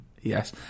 Yes